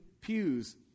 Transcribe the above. pews